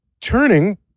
turning